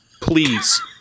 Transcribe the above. please